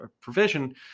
provision